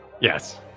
Yes